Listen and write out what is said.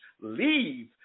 leave